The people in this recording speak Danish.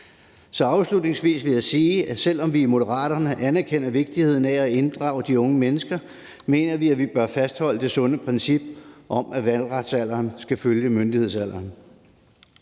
Afslutningsvis vil jeg sige, at selv om vi i Moderaterne anerkender vigtigheden af at inddrage de unge mennesker, mener vi, at vi bør fastholde det sunde princip om, at valgretsalderen skal følge myndighedsalderen.